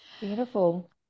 Beautiful